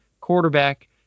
quarterback